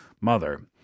mother